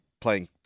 playing